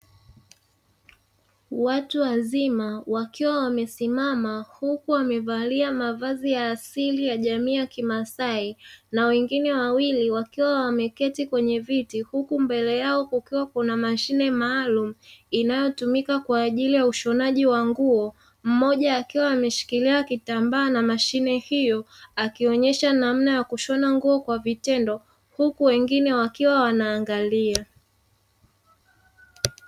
Watu wazima wakiwa wamesimama huku wamevalia mavazi ya asili ya jamii ya kimasai na wengine wawili wakiwa wameketi kwenye viti, huku mbele yao kukiwa kuna mashine maalumu inayotumika kwa ajili ya ushonaji wa nguo. Mmoja akiwa ameshikilia kitambaa na mashine io akionesha namna ya kushona nguo kwa vitendo huku wengine wakiwa wana angalia.